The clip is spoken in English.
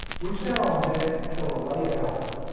we sat on deck till a late hour.